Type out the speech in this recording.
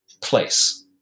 place